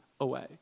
away